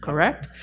correct?